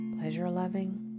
pleasure-loving